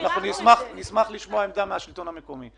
אנחנו נשמח לשמוע עמדה מסודרת מהשלטון המקומי.